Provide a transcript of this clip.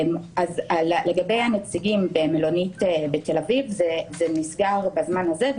לגבי הנציגים במלונית בתל אביב זה נסגר בזמן הזה,